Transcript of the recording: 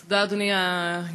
תודה, אדוני היושב-ראש.